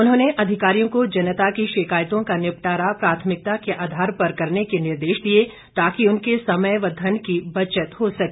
उन्होंने अधिकारियों को जनता की शिकायतों का निपटारा प्राथमिकता के आधार पर करने के निर्देश दिए ताकि उनके समय व धन की बचत हो सके